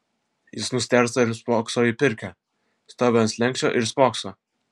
jis nustėrsta ir spokso į pirkią stovi ant slenksčio ir spokso